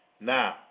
Now